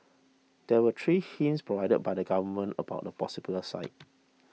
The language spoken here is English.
there were three hints provided by the government about the possible site